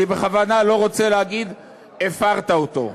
אני בכוונה לא רוצה להגיד "הפרת אותו".